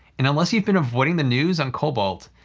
and unless you've been avoiding the news on cobalt,